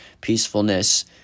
peacefulness